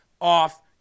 off